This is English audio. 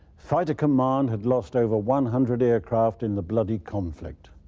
fighter command had lost over one hundred aircraft in the bloody conflict.